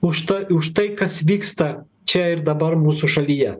už ta už tai kas vyksta čia ir dabar mūsų šalyje